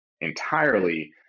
entirely